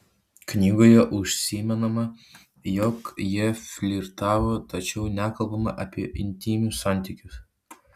knygoje užsimenama jog jie flirtavo tačiau nekalbama apie intymius santykius